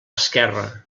esquerra